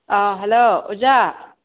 ꯑꯥ hello ꯑꯣꯖꯥ